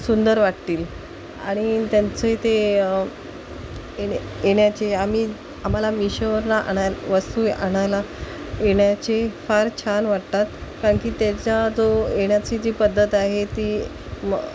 सुंदर वाटतील आणि त्यांचंही ते येण्याचे आम्ही आम्हाला मिशोवरून आणाय वस्तू आणायला येण्याचे फार छान वाटतात कारणकी त्याचा जो येण्याची जी पद्धत आहे ती म